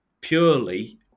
purely